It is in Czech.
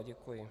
Děkuji.